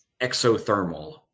exothermal